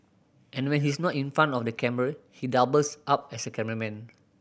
and when he's not in front of the camera he doubles up as a cameraman